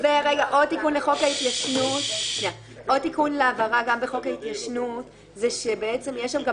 עוד תיקון להבהרה גם בחוק ההתיישנות הוא שבעצם יש שם גם